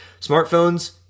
Smartphones